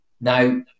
Now